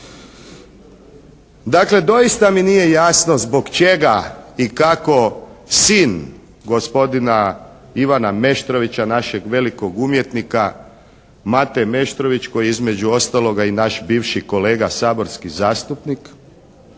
Dakle doista mi nije jasno zbog čega i kako sin gospodina Ivana Meštrovića, našeg velikog umjetnika Mate Meštrović koji je između ostaloga i naš bivši kolega saborski zastupnik